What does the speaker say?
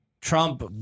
trump